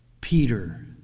Peter